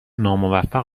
ناموفق